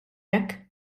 hekk